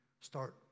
start